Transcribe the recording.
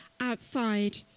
outside